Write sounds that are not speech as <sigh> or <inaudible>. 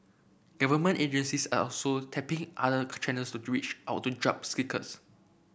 government agencies are also tapping other <unintelligible> channels to <unintelligible> out to job seekers